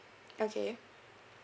okay